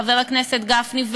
חבר הכנסת גפני,